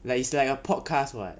like it's like a podcast [what]